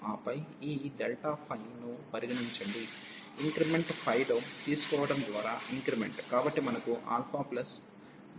ఆపై ఈ ΔΦను పరిగణించండి ఇంక్రిమెంట్ లో తీసుకోవటం ద్వారా ఇంక్రిమెంట్ కాబట్టి మనకు α ఉంటుంది